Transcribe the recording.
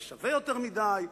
זה שווה יותר מדי,